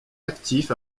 actif